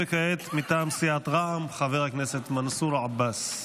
וכעת, מטעם סיעת רע"מ, חבר הכנסת מנסור עבאס.